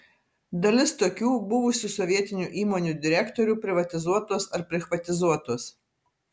dalis tokių buvusių sovietinių įmonių direktorių privatizuotos ar prichvatizuotos